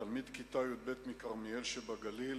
תלמיד כיתה י"ב מכרמיאל שבגליל,